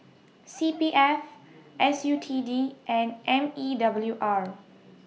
C P F S U T D and M E W R